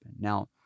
Now